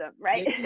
right